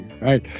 right